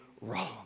wrong